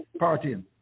partying